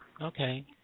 Okay